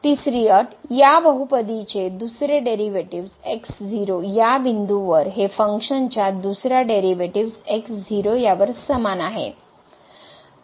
तिसरी अट या बहुपदिचे दुसरे डेरिव्हेटिव्ह्ज या बिंदूवर हे फंक्शनच्या दुसऱ्या डेरिव्हेटिव्ह्ज यावर समान आहे